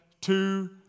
two